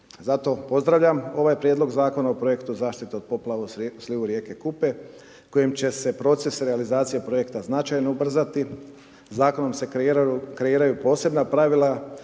Zato pozdravljam ovaj prijedlog Zakon o projektu zaštite od poplava u slivu rijeke Kupe kojim će se proces realizacije projekta značajno ubrzati. Zakonom se kreiraju posebna pravila